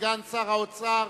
סגן שר האוצר